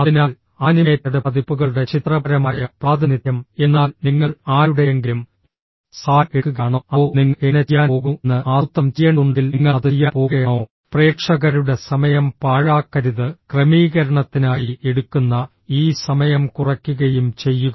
അതിനാൽ ആനിമേറ്റഡ് പതിപ്പുകളുടെ ചിത്രപരമായ പ്രാതിനിധ്യം എന്നാൽ നിങ്ങൾ ആരുടെയെങ്കിലും സഹായം എടുക്കുകയാണോ അതോ നിങ്ങൾ എങ്ങനെ ചെയ്യാൻ പോകുന്നു എന്ന് ആസൂത്രണം ചെയ്യേണ്ടതുണ്ടെങ്കിൽ നിങ്ങൾ അത് ചെയ്യാൻ പോകുകയാണോ പ്രേക്ഷകരുടെ സമയം പാഴാക്കരുത് ക്രമീകരണത്തിനായി എടുക്കുന്ന ഈ സമയം കുറയ്ക്കുകയും ചെയ്യുക